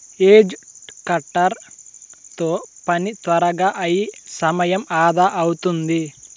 hedge cutter తో పని త్వరగా అయి సమయం అదా అవుతాది